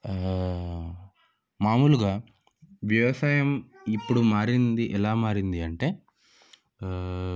మాములుగా వ్యవసాయం ఇప్పుడు మారింది ఎలా మారింది అంటే